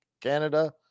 Canada